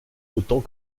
autant